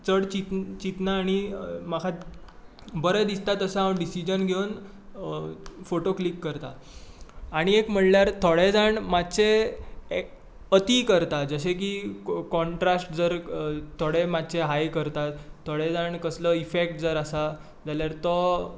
चड चीत चिंतना आनी म्हाका बरें दिसता तसो हांव डिसिजन घेवन फॉटो क्लीक करतां आनी एक म्हणल्यार थोडे जाण मातशे अती करता जशें की कॉन्ट्रास्ट जर थोडें मातशें हाय करतात थोडे जाण कसलो इफेक्ट जर आसा जाल्यार तो